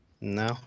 No